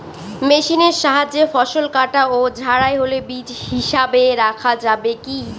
মেশিনের সাহায্যে ফসল কাটা ও ঝাড়াই হলে বীজ হিসাবে রাখা যাবে কি?